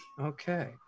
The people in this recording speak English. Okay